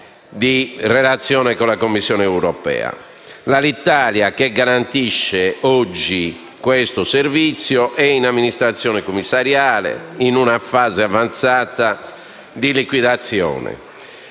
di relazione con la Commissione europea. L'Alitalia, che garantisce oggi questo servizio, è in amministrazione commissariale, in una fase avanzata di liquidazione.